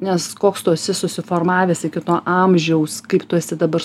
nes koks tu esi susiformavęs iki to amžiaus kaip tu esi dabar